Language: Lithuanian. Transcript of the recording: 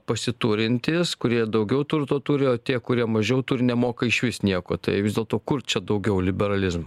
pasiturintys kurie daugiau turto turi o tie kurie mažiau turi nemoka išvis nieko tai vis dėlto kur čia daugiau liberalizm